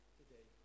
today